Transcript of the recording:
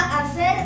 hacer